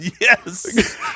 Yes